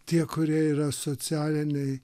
tie kurie yra socialiniai